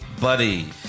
buddy